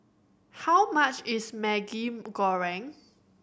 how much is Maggi Goreng